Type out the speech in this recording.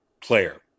player